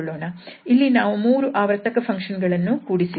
ಇಲ್ಲಿ ನಾವು 3 ಆವರ್ತಕ ಫಂಕ್ಷನ್ ಗಳನ್ನು ಕೂಡಿಸಿದ್ದೇವೆ